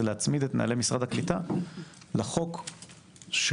זה להצמיד את נהלי משרד הקליטה לחוק שקובע,